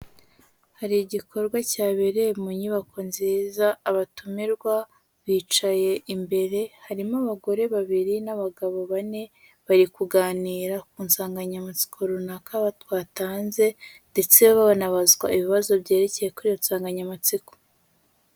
Hari igikorwa cyabereye mu nyubako nziza abatumirwa bicaye imbere harimo abagore babiri n'abagabo bane bari kuganira ku nsanganyamatsiko runaka twatanze ndetse banabazwa ibibazo byerekeye kuri iyo nsanganyamatsiko.